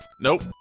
Nope